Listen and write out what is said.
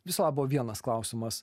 viso labo vienas klausimas